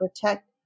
protect